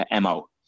MO